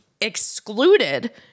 excluded